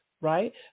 right